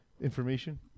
information